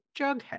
Jughead